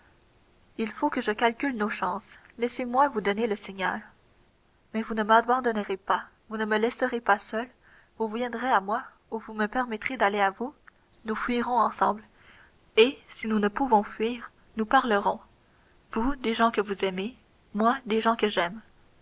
il faut que je calcule nos chances laissez-moi vous donner le signal mais vous ne m'abandonnerez pas vous ne me laisserez pas seul vous viendrez à moi ou vous me permettrez d'aller à vous nous fuirons ensemble et si nous ne pouvons fuir nous parlerons vous des gens que vous aimez moi des gens que j'aime